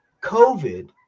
COVID